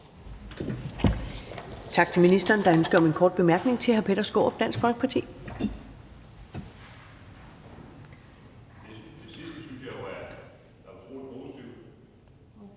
Tak til ministeren. Der er en kort bemærkning til hr. Peter Skaarup, Dansk Folkeparti.